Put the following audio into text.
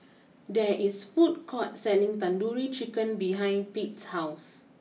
there is a food court selling Tandoori Chicken behind Pate's house